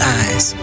eyes